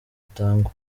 itangwa